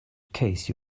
case